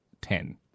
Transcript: ten